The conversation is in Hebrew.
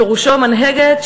פירושו מנהגת,